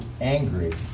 angry